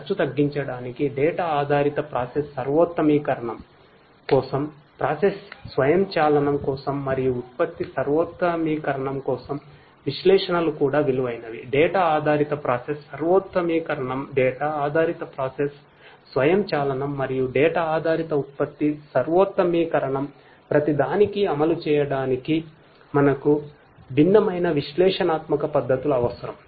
ఖర్చు తగ్గించడానికి డేటా ఆధారిత ఉత్పత్తి సర్వోత్తమీకరణం ప్రతిదానికీ అమలు చేయడానికి మనకు భిన్నమైన విశ్లేషణాత్మక పద్ధతులు అవసరం